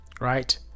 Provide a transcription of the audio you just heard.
right